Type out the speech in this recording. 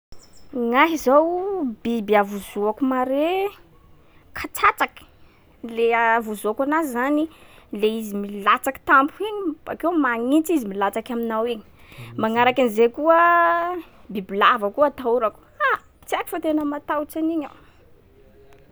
Gnahy zao, biby avozoako mare, katsatsaky. Le avozoako anazy zany, le izy milatsaky tampoka igny. Bakeo magnintsy izy milatsaky aminao iny. Magnaraky an’izay koa bibilava koa atahorako. Ha! tsy haiko fa tena matahotsy an’iny aho.